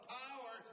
power